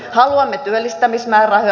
haluamme työllistämismäärärahoja